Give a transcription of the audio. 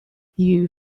you